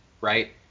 Right